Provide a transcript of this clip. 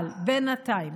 אבל בינתיים,